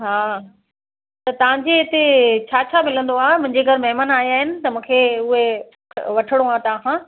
हा त तव्हांजे हिते छा छा मिलंदो आहे मुंहिंजे घर महिमान आया आहिनि त मूंखे उहे वठिणो आहे तव्हांखां